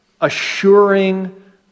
assuring